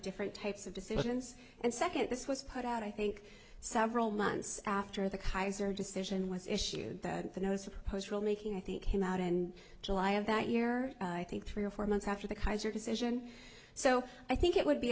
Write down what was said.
different types of decisions and second this was put out i think several months after the kaiser decision was issued that the no suppose rule making i think came out and july of that year i think three or four months after the kaiser decision so i think it would be